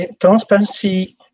transparency